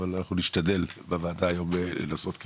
אבל אנחנו נשתדל בוועדה היום לנסות כן